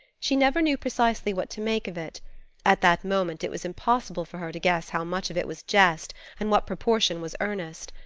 she never knew precisely what to make of it at that moment it was impossible for her to guess how much of it was jest and what proportion was earnest.